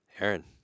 Aaron